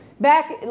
Back